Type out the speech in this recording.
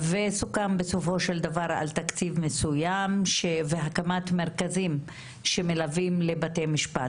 סוכם בסופו של דבר על תקציב מסוים והקמת מרכזים שמלווים לבתי משפט.